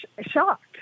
shocked